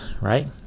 right